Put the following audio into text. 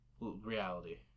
reality